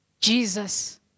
Jesus